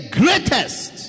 greatest